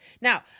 now